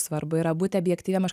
svarbu yra būti objektyviem aš